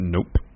Nope